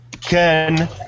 Ken